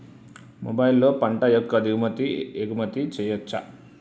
మొబైల్లో పంట యొక్క ఎగుమతి దిగుమతి చెయ్యచ్చా?